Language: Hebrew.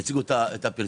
יציגו את הפרטים.